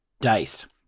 DICE